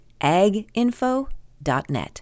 aginfo.net